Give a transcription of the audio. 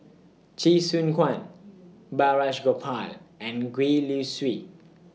Chee Soon Guan Balraj Gopal and Gwee Li Sui